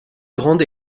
grande